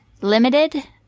limited